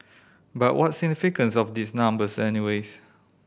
but what's significance of these numbers any ways